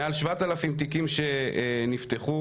מעל 7,000 תיקים שנפתחו,